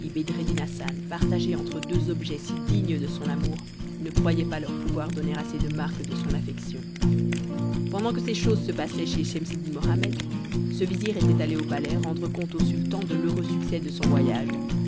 bedreddin hassan partagé entre deux objets si dignes de son amour ne croyait pas leur pouvoir donner assez de marques de son affection pendant que ces choses se passaient chez schemseddin mohammed ce vizir était allé au palais rendre compte au sultan de l'heureux succès de son voyage